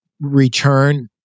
return